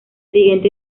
siguiente